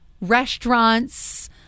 restaurants